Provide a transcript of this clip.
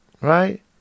right